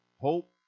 Hope